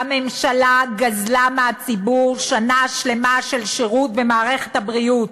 הממשלה גזלה מהציבור שנה שלמה של שירות במערכת הבריאות.